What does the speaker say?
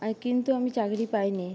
কিন্তু আমি চাকরি পাইনি